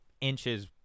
inches